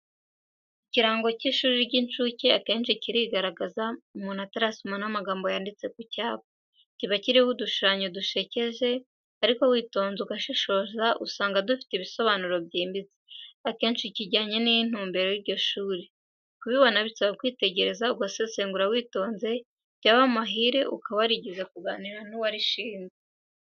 Ikirango cy'ishuri ry'incuke akenshi kirigaragaza, umuntu atarasoma n'amagambo yanditse ku cyapa, kiba kiriho udushushanyo dusekeje ariko witonze ugashishoza usanga dufite igisobanuro cyimbitse, akenshi kijyanye n'intumbero y'iryo shuri. Kubibona bisaba kwitegereza, ugasesengura witonze, byaba mahire ukaba warigeze kuganira n'uwarishinze.